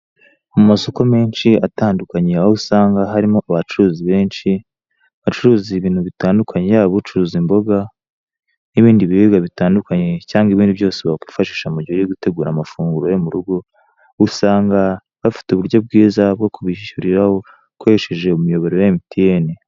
Mu masoko menshi atandukanya aho usanga harimo abacuruzi benshi, bacuruza iibintu bitandukanye yaba ucuruza imboga, n'ibindi biribwa bitandukanye cyangwa ibindi byose wakwifashisha mu gihe uri gutegura amafunguro yo mu rugo usanga bafite uburyo bwiza bwo kubishyuriraho ukoresheje umuyoboro wa MTN.